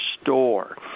store